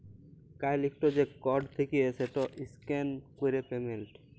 কাল ইকট যে কড থ্যাকে সেট ইসক্যান ক্যরে পেমেল্ট